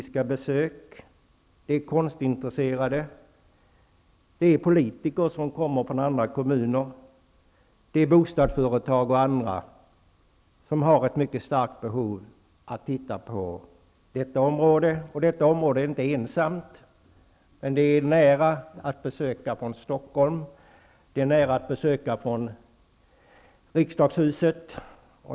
Skolklasser, konstintresserade, politiker från andra kommuner, bostadsföretag och andra med ett starkt behov av att se området kommer på besök. Det här området är inte det enda. Men det är nära att besöka från Stockholm och Riksdagshuset.